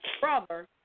brother